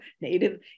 Native